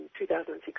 2016